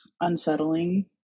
unsettling